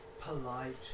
polite